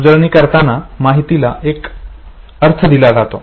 उजळणी करताना माहितीला एक अर्थ दिला जातो